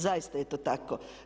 Zaista je to tako.